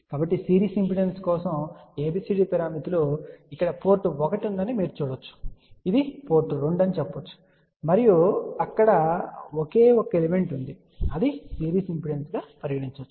కాబట్టి series impedance కోసం ABCD పారామితులు కాబట్టి ఇక్కడ పోర్ట్ 1 ఉందని మీరు చూడవచ్చు ఇది పోర్ట్ 2 అని మీరు చెప్పగలరు మరియు అక్కడ ఒకే ఒక ఎలిమెంట్ ఉంది అది సిరీస్ ఇంపిడెన్స్ గా పరిగణించవచ్చు